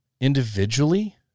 individually